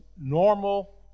normal